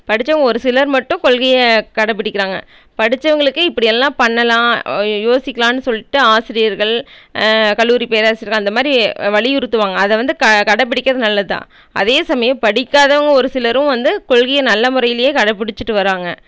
படிச்சவங்கள் ஒருசிலர் மட்டும் கொள்கையை கடைபிடிக்கிறாங்க படிச்சவங்களுக்கு இப்படியெல்லாம் பண்ணலாம் யோசிக்கலாம்னு சொல்லிட்டு ஆசிரியர்கள் கல்லூரி பேராசிரியர்கள் அந்தமாதிரி வலியுறுத்துவாங்கள் அதைவந்து க கடைபிடிக்கிறது நல்லது தான் அதே சமயம் படிக்காதாவங்கள் ஒருசிலரும் வந்து கொள்கையை நல்ல முறையிலே கடைபுடிச்சிட்டு வராங்கள்